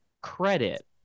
credit